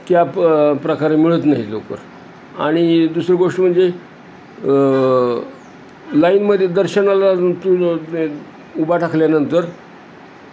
क प प्रकारे मिळत नाही लवकर आणि दुसरी गोष्ट म्हणजे लाईनमध्ये दर्शनाला त उभ ठाकल्यानंतर